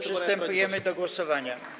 Przystępujemy do głosowania.